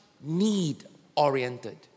need-oriented